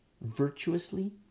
virtuously